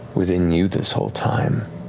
within you this whole time